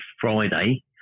friday